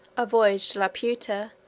a voyage to laputa,